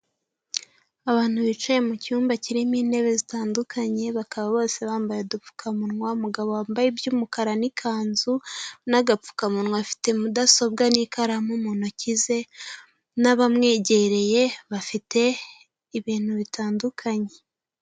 Abantu bicaye mucyumba kirimo intebe zitandukanye, bakaba bose bambaye udupfukamunwa, umugabo wambaye iby'umukara n'ikanzu n'agapfukamunwa, afite mudasobwa n'ikaramu mu ntoki ze n'abamwegereye bafite ibintu bitandukanye.